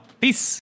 Peace